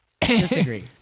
Disagree